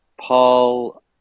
Paul